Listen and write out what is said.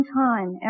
time